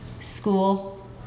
school